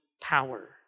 power